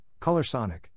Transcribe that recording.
ColorSonic